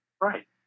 Right